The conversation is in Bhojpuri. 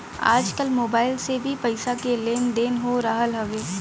आजकल मोबाइल से भी पईसा के लेन देन हो रहल हवे